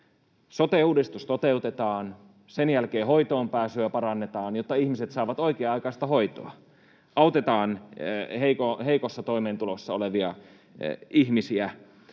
Sote-uudistus toteutetaan, sen jälkeen hoitoonpääsyä parannetaan, jotta ihmiset saavat oikea-aikaista hoitoa. Autetaan heikossa toimeentulossa olevia ihmisiä